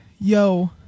yo